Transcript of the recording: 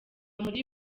muri